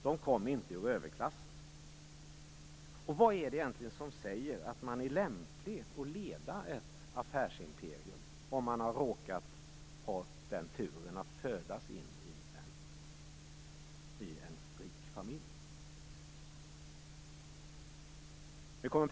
De kom inte ur överklassen. Vad är det som säger att man är lämplig att leda ett affärsimperium om man råkar ha den turen att födas in i en rik familj?